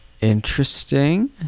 interesting